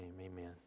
amen